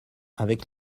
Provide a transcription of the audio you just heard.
avec